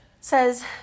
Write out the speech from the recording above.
says